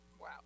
Wow